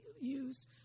use